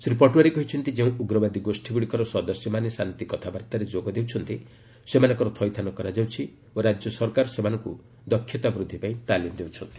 ଶ୍ରୀ ପଟୱାରୀ କହିଛନ୍ତି ଯେଉଁ ଉଗ୍ରବାଦୀ ଗୋଷ୍ଠୀଗୁଡ଼ିକର ସଦସ୍ୟମାନେ ଶାନ୍ତି କଥାବାର୍ତ୍ତାରେ ଯୋଗଦେଉଛନ୍ତି ସେମାନଙ୍କର ଥଇଥାନ କରାଯାଉଛି ଓ ରାଜ୍ୟ ସରକାର ସେମାନଙ୍କୁ ଦକ୍ଷତା ବୃଦ୍ଧି ପାଇଁ ତାଲିମ ଦେଉଛନ୍ତି